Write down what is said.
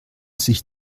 sich